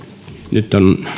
nyt ovat